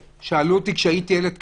שאלו אותי כשהייתי ילד קטן: